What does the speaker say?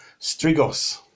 Strigos